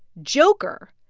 joker,